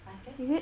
I guess so